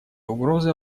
угрозы